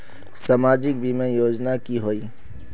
सामाजिक बीमा योजना की होय?